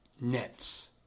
nets